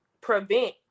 prevent